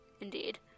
indeed